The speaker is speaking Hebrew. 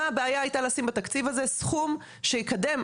מה הבעיה לשים בתקציב הזה סכום שיקדם,